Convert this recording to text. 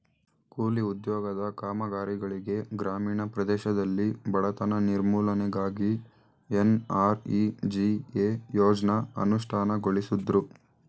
ಕೂಲಿ ಉದ್ಯೋಗದ ಕಾಮಗಾರಿಗಳಿಗೆ ಗ್ರಾಮೀಣ ಪ್ರದೇಶದಲ್ಲಿ ಬಡತನ ನಿರ್ಮೂಲನೆಗಾಗಿ ಎನ್.ಆರ್.ಇ.ಜಿ.ಎ ಯೋಜ್ನ ಅನುಷ್ಠಾನಗೊಳಿಸುದ್ರು